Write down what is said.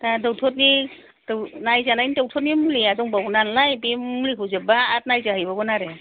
दा डक्ट'र नि नायजानायनि मुलिया दंबावोनालाय बे मुलिखौ जोब्बा आरो नायजाहैबावगोन